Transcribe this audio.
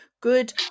good